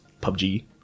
PUBG